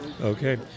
Okay